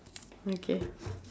okay